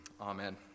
Amen